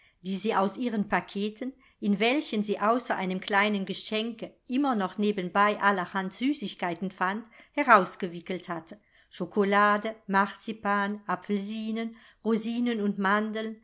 die sie aus ihren paketen in welchen sie außer einem kleinen geschenke immer noch nebenbei allerhand süßigkeiten fand herausgewickelt hatte schokolade marzipan apfelsinen rosinen und mandeln